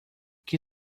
que